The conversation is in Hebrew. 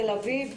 תל אביב,